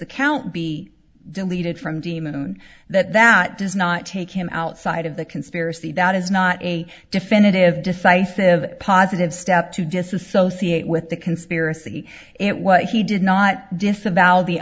account be deleted from demon that that does not take him outside of the conspiracy that is not a definitive decisive positive step to disassociate with the conspiracy it what he did not d